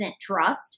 trust